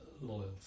loyalty